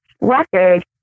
record